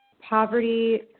Poverty